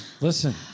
Listen